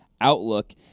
outlook